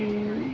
ਹੁ